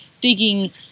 Digging